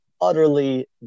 utterly